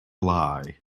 lie